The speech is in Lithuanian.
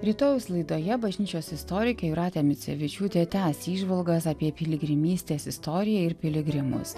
rytojaus laidoje bažnyčios istorikė jūratė micevičiūtė tęs įžvalgos apie piligrimystės istoriją ir piligrimus